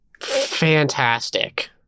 fantastic